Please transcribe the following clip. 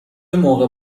موقع